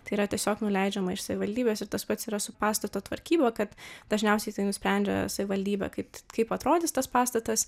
tai yra tiesiog nuleidžiama iš savivaldybės ir tas pats yra su pastato tvarkyba kad dažniausiai tai nusprendžia savivaldybė kaip kaip atrodys tas pastatas